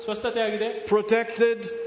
protected